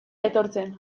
etortzen